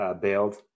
bailed